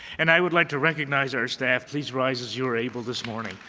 and i would like to recognize our staff. please rise as you are able this morning.